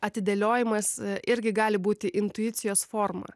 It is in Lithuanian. atidėliojimas irgi gali būti intuicijos forma